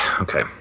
okay